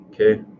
Okay